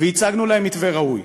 והצגנו להם מתווה ראוי,